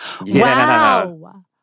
Wow